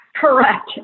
Correct